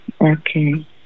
Okay